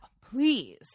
Please